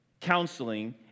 counseling